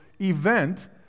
Event